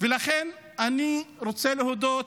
לכן אני רוצה להודות